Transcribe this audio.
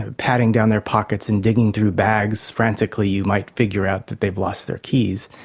ah patting down their pockets and digging through bags frantically, you might figure out that they've lost their keys.